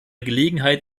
gelegenheit